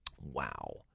Wow